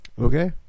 Okay